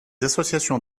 associations